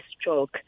stroke